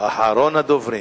אחרון הדוברים.